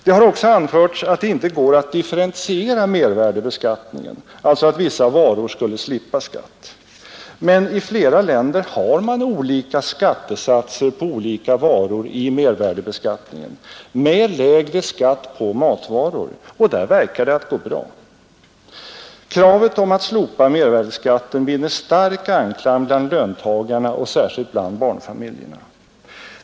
Det har också anförts att det inte går att differentiera mervärdebeskattningen, dvs. att man skulle slippa skatt på vissa varor. Men i flera länder har man i mervärdebeskattningen olika skattesatser på olika varor, med lägre skatt på matvaror, och där verkar det att gå bra. Kravet på att mervärdeskatten skall slopas vinner stark anklang bland löntagarna och särskilt bland barnfamiljerna.